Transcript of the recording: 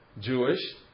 Jewish